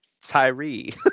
Tyree